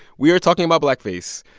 we are talking about blackface,